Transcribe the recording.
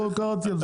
לא קראתי על זה.